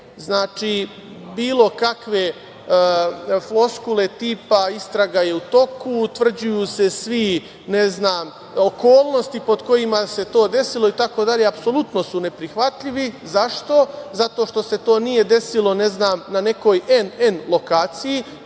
Znači, bilo kakve floskule tipa – istraga je u toku, utvrđuju se okolnosti pod kojima se to desilo itd, apsolutno su neprihvatljivi. Zašto? Zato što se to nije desilo na nekoj NN lokaciji.